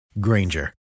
Granger